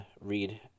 read